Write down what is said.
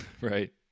right